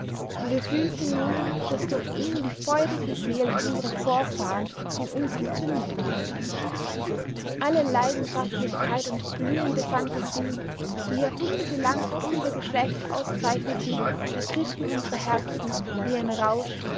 und wir fühlten nun daß durch ihn die feurigen seelen unserer vorfahren in uns entzündet waren alle leidenschaftlichkeit und blühende phantasie die jahrhunderte lang unser geschlecht auszeichneten ergriffen unsere herzen wie ein rausch